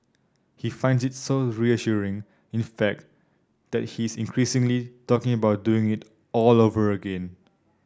he finds it so reassuring in fact that he is increasingly talking about doing it all over again